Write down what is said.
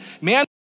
Man